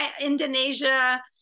Indonesia